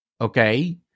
okay